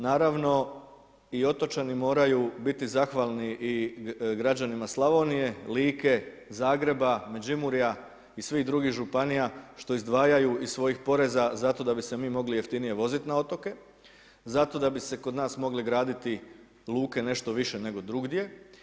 Naravno, i otočani moraju biti zahvalni i građanima Slavonije, Like, Zagreba, Međimurja i svih drugih županija, što izdvajaju iz svojih poreza zato da bi se mi mogli jeftinije voziti na otoke, zato da bi se kod nas mogli graditi luke, nešto više nego drugdje.